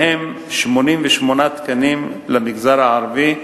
מהם 88 תקנים למגזר הערבי,